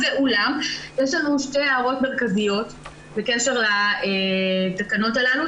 ואולם יש לנו שתי הערות מרכזיות בקשר לתקנות הללו,